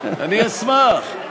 אני אשמח.